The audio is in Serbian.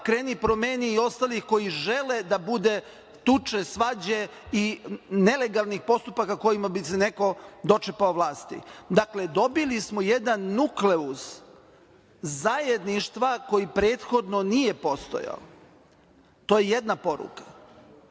„Kreni – promeni“ i ostalih koji žele da bude tuče, svađe i nelegalnih postupaka kojima bi se neko dočepao vlasti. Dakle, dobili smo jedan nukleus zajedništva koji prethodno nije postojao. To je jedna poruka. Druga